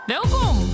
Welkom